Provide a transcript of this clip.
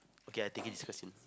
okay I take it this person